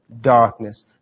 darkness